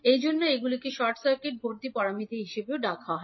এজন্য এগুলিকে short circuit ভর্তি প্যারামিটার হিসাবেও ডাকা হয়